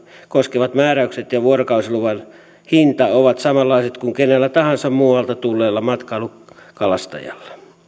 koskevat määräykset ja vuorokausiluvan hinta ovat samanlaiset kuin kenellä tahansa muualta tulleella matkailukalastajalla